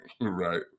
right